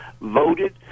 voted